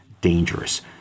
dangerous